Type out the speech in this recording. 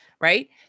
right